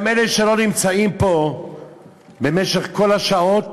גם אלה שלא נמצאים פה במשך כל השעות,